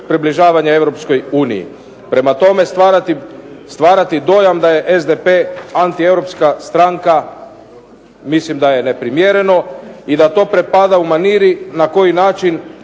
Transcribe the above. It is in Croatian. približavanja EU. Prema tome stvarati dojam da je SDP antieuropska stranka mislim da je neprimjereno i da to pripada u maniri na koji način